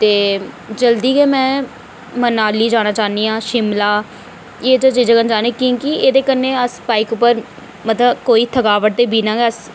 ते जल्दी गै में मनाली जाना चाह्न्नी आं शिमला ऐ जाइयै जगह् जाना चाह्न्नी आं की के एह्दे कन्नै अस बाइक उप्पर मतलब कोई थकाबट दे बिना गै अस